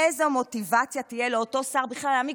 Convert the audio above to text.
איזו מוטיבציה תהיה לאותו שר בכלל להעמיק